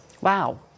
Wow